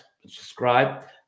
subscribe